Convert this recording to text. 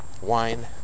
Wine